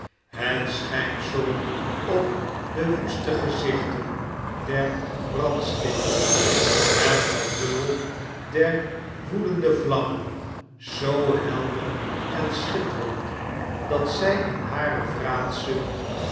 het schijnsel uitgeplunderd en neergebrand op de woeste gezichten der brandstiehters het gebrul der woedende vlammen zoo helder en schitterend dat zij in hare